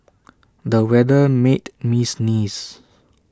the weather made me sneeze